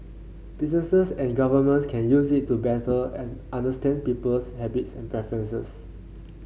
businesses and governments can use it to better understand people's habits and preferences